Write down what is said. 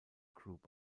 group